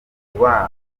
umubano